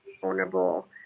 vulnerable